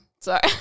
Sorry